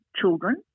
children